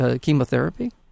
chemotherapy